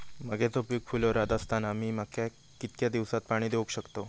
मक्याचो पीक फुलोऱ्यात असताना मी मक्याक कितक्या दिवसात पाणी देऊक शकताव?